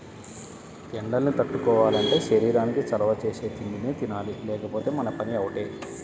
ఎండల్ని తట్టుకోవాలంటే శరీరానికి చలవ చేసే తిండినే తినాలి లేకపోతే మన పని అవుటే